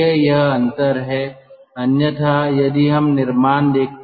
इसलिए यह अंतर है अन्यथा यदि हम निर्माण देखते हैं